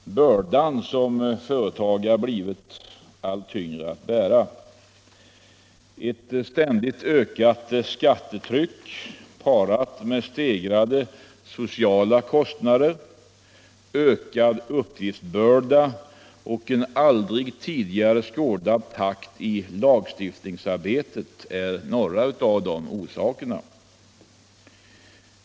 Herr talman! Jag tror att alla är överens om att de mindre och medelstora företagen är av väsentlig betydelse för såväl sysselsättning som ekonomiskt framåtskridande i vårt land. I de flesta fall är de mindre och medelstora företagen också familjeföretag. Inom industrin är ca 75 96 av totalt 26 000 företag familjeföretag, och totalt beräknas 25-30 946 av den yrkesverksamma befolkningen arbeta i familjeföretag, företrädesvis då i mindre och medelstora sådana. Under de senaste åren har företagarens börda blivit allt tyngre att bära. Ett ständigt ökat skattetryck parat med stegrade sociala kostnader, ökad uppgiftsbörda och en aldrig tidigare skådad takt i lagstiftningsarbetet är några av de orsakerna.